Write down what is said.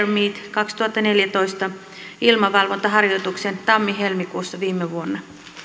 kaksituhattaneljätoista ilmavalvontaharjoitukseen tammi helmikuussa viime vuonna